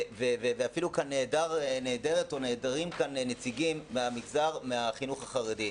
ואפילו כאן נעדרת או נעדרים נציגים מהחינוך החרדי.